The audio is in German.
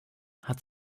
hat